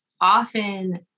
often